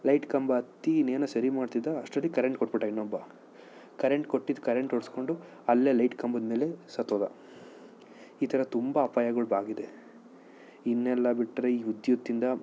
light ಕಂಬ ಹತ್ತಿ ಇನ್ನೇನು ಸರಿ ಮಾಡ್ತಿದ್ದ ಅಷ್ಟರಲ್ಲಿ ಕರೆಂಟ್ ಕೊಟ್ಬಿಟ್ಟ ಇನ್ನೊಬ್ಬ ಕರೆಂಟ್ ಕೊಟ್ಟಿದ್ದ ಕರೆಂಟ್ ಹೊಡೆಸ್ಕೊಂಡು ಅಲ್ಲೇ ಲೈಟ್ ಕಂಬದ ಮೇಲೆ ಸತ್ತೋದ ಈ ಥರ ತುಂಬ ಅಪಾಯಗಳು ಆಗಿದೆ ಇನ್ನೆಲ್ಲ ಬಿಟ್ರೆ ಈ ವಿದ್ಯುತ್ತಿಂದ